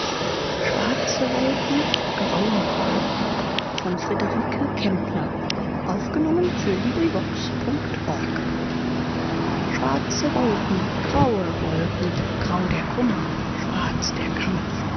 schwarze wolken graue wolken schwarze wolken graue wolken grau der kummer schwarz der kampf